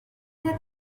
did